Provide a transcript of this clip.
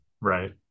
right